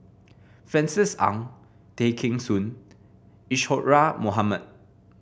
Francis Ng Tay Kheng Soon Isadhora Mohamed